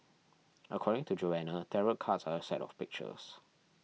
according to Joanna tarot cards are a set of pictures